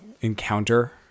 encounter